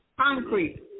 concrete